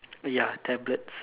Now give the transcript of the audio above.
ya tablets